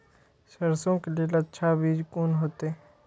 सरसों के लेल अच्छा बीज कोन होते?